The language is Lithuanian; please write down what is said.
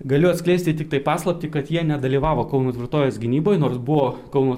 galiu atskleisti tiktai paslaptį kad jie nedalyvavo kauno tvirtovės gynyboj nors buvo kauno